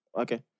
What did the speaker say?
Okay